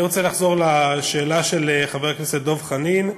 אני רוצה לחזור לשאלה של חבר הכנסת דב חנין.